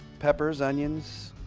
peppers, onions.